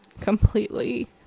completely